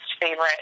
favorite